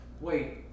Wait